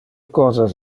cosas